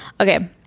Okay